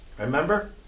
Remember